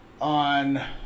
on